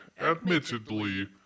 admittedly